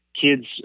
kids